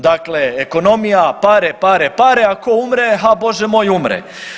Dakle, ekonomija, pare, pare, pare, a ko umre, ha bože moj umre.